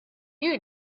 you